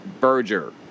Berger